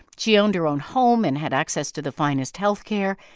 she owned her own home and had access to the finest health care.